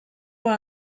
were